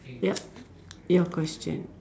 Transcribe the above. ya your question